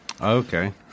okay